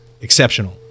exceptional